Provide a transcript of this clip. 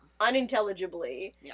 unintelligibly